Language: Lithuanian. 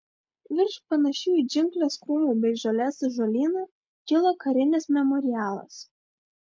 virš panašių į džiungles krūmų bei žolės sąžalynų kilo karinis memorialas